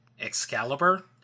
Excalibur